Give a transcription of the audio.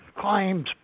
claims